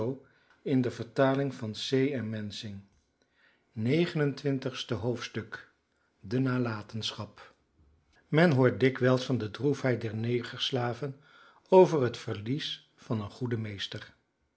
de nalatenschap men hoort dikwijls van de droefheid der negerslaven over het verlies van een goeden meester